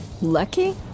Lucky